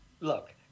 look